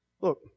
Look